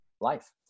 life